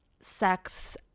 sex